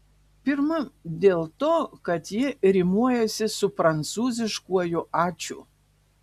pirma dėl to kad ji rimuojasi su prancūziškuoju ačiū